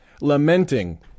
lamenting